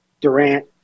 Durant